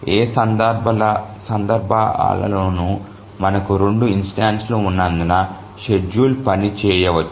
ఏ సందర్భాలలోనూ మనకు 2 ఇన్స్టెన్సులు ఉన్నందున షెడ్యూల్ పని చేయవచ్చు